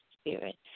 Spirit